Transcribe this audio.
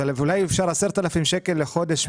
אבל אולי אפשר 10,000 שקל לחודש,